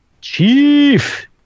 Chief